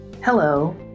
Hello